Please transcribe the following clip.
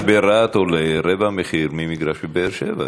אבל מגרש ברהט עולה רבע מחיר ממגרש בבאר-שבע.